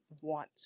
want